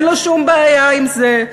אין לו שום בעיה עם זה.